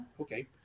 okay